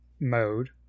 mode